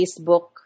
Facebook